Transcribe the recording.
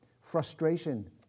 frustration